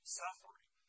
suffering